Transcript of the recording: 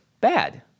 bad